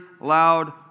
loud